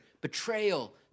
betrayal